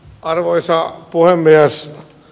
arvoisa puhemies